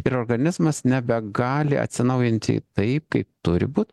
ir organizmas nebegali atsinaujinti taip kaip turi būt